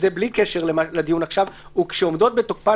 בלי קשר לדיון עכשיו - וכשעומדות בתוקפן